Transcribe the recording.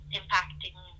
impacting